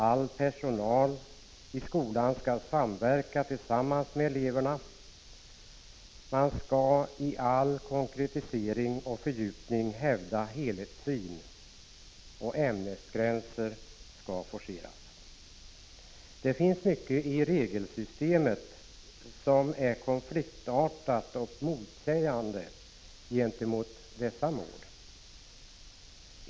All personal i skolan skall samverka med eleverna. Man skall i all konkretisering och fördjupning hävda helhetssyn, och ämnesgränser skall forseras. Det finns mycket i regelsystemet som är konfliktartat och motsägande gentemot dessa mål.